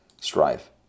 strive